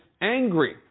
angry